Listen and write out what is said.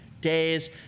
days